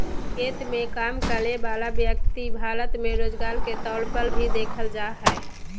खेत मे काम करय वला व्यक्ति भारत मे रोजगार के तौर पर भी देखल जा हय